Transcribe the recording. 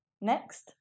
Next